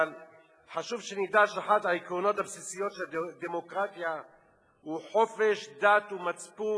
אבל חשוב שנדע שאחד העקרונות הבסיסיים של הדמוקרטיה הוא חופש דת ומצפון,